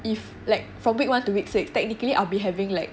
if like from week one to week six technically I'll be having like